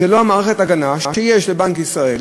זו לא מערכת ההגנה שיש לבנק ישראל